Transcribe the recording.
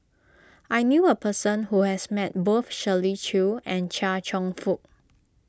I knew a person who has met both Shirley Chew and Chia Cheong Fook